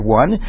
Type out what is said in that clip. one